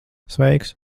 sveiks